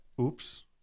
oops